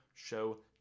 show